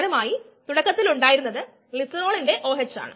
k1ESk2ESk3ES അതു ഒരേ equation ആണ്